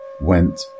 went